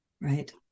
right